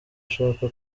ashaka